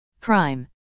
Crime